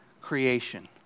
creation